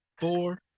four